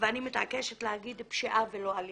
ואני מתעקשת לומר פשיעה ולא אלימות.